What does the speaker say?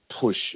push